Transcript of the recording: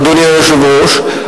אדוני היושב-ראש,